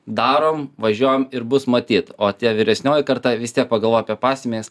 darom važiuojam ir bus matyt o tie vyresnioji karta vis tiek pagalvoja apie pasekmes